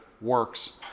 works